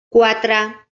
quatre